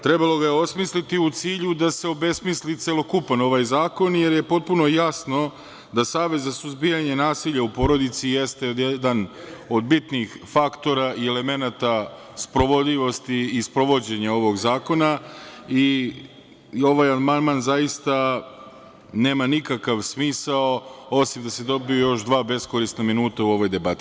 Trebalo ga je osmisliti u cilju da se obesmisli celokupan ovaj zakon, jer je potpuno jasno da Savet za suzbijanje nasilja u porodici jeste jedan od bitnijih faktora i elemenata sprovodljivosti i sprovođenja ovog zakona i ovaj amandman zaista nema nikakav smisao, osim da se dobiju još dva beskorisna minuta u ovoj debati.